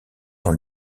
dans